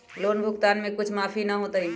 Loan भुगतान में कुछ माफी न होतई?